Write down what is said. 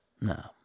No